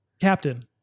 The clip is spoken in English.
Captain